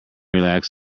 relax